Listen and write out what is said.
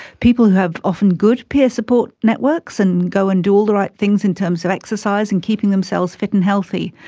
people who have often good peer support networks and go and do all the right things in terms of exercise and keeping themselves fit and healthy.